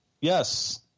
Yes